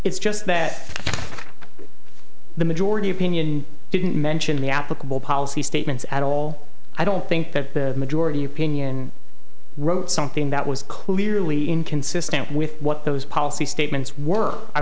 it's just that the majority opinion didn't mention the applicable policy statements at all i don't think that the majority opinion wrote something that was clearly inconsistent with what those policy statements were i